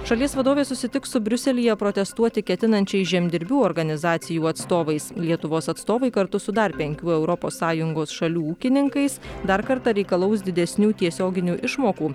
šalies vadovė susitiks su briuselyje protestuoti ketinančiais žemdirbių organizacijų atstovais lietuvos atstovai kartu su dar penkių europos sąjungos šalių ūkininkais dar kartą reikalaus didesnių tiesioginių išmokų